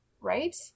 right